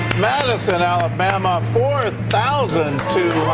madison, alabama, four thousand two